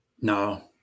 No